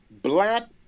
black